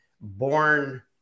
born